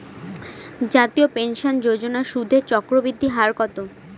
জাতীয় পেনশন যোজনার সুদের চক্রবৃদ্ধি হার কত?